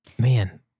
Man